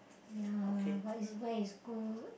ya but is where is good